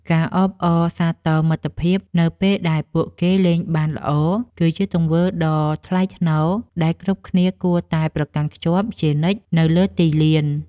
ការអបអរសាទរមិត្តភក្តិនៅពេលដែលពួកគេលេងបានល្អ គឺជាទង្វើដ៏ថ្លៃថ្នូរដែលគ្រប់គ្នាគួរតែប្រកាន់ខ្ជាប់ជានិច្ចនៅលើទីលាន។